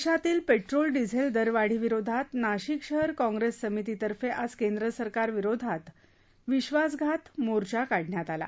देशातील petrol diesel दरवाढीविरोधात नाशिक शहर काँप्रेस समिती तर्फे आज केंद्र सरकार विरोधात विधासघात मोर्चा काढण्यात आला